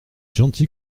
gentil